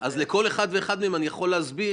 אז לכל אחד ואחד מהם אני יכול להסביר: